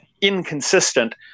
inconsistent